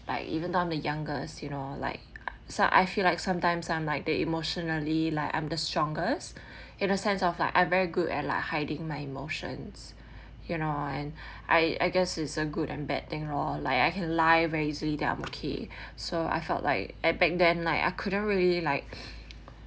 like even though I'm the youngest you know like so I feel like sometimes I'm like the emotionally like I'm the strongest in a sense of like I very good at like hiding my emotions you know and I I guess is a good and bad thing lor like I can lie very easily that I'm okay so I felt like at back then like I couldn't really like